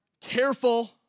careful